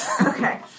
Okay